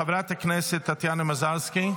חברת הכנסת טטיאנה מזרסקי,